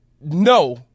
no